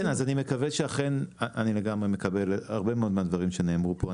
כן, אני מקבל הרבה מאוד מהדברים שנאמרו פה.